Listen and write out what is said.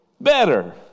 better